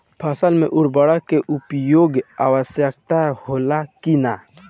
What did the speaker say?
फसल में उर्वरक के उपयोग आवश्यक होला कि न?